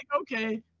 okay